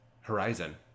horizon